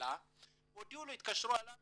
קבלה התקשרו אליו